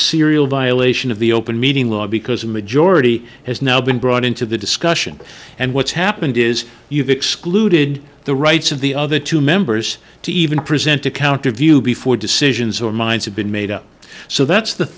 serial violation of the open meeting law because a majority has now been brought into the discussion and what's happened is you've excluded the rights of the other two members to even present a counter view before decisions or minds have been made up so that's the